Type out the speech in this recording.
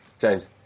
James